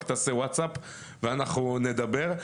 רק תעשה ווטסאפ ואנחנו נדבר.